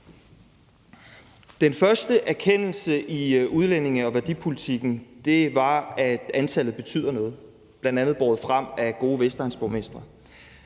Den første erkendelse i udlændinge- og værdipolitikken var, at antallet betyder noget, bl.a. båret frem af gode vestegnsborgmestre.